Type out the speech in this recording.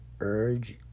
urge